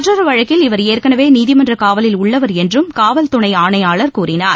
மற்றொரு வழக்கில் இவர் ஏற்களவே நீதிமன்ற காவலில் உள்ளவர் என்றும் காவல் துணை ஆணையாளர் கூறினார்